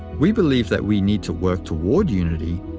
we believe that we need to work toward unity,